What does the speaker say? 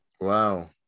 Wow